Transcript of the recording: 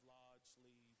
largely